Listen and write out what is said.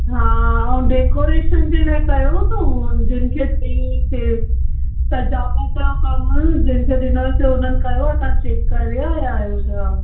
हा ऐं डेकोरेशन जे लाइ कयो अथऊं हुन जन खे चई अचि सजावट जो कमु जिन खे ॾिनोसि हुननि कयो आहे तव्हां चैक करे आया आयो छा